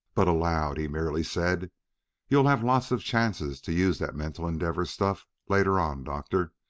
but aloud he merely said you'll have lots of chances to use that mental endeavor stuff later on, doctor.